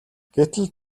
гэтэл